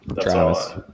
Travis